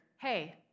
hey